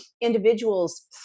individuals